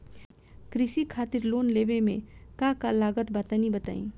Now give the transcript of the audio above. कृषि खातिर लोन लेवे मे का का लागत बा तनि बताईं?